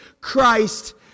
Christ